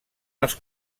els